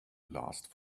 last